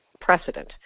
precedent